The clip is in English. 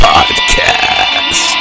Podcast